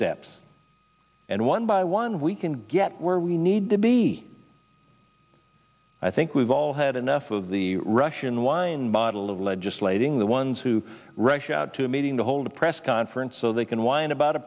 steps and one by one we can get where we need to be i think we've all had enough of the russian wine bottle of legislating the ones who rush out to a meeting to hold a press conference so they can whine about a